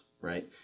right